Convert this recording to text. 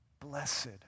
Blessed